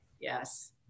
Yes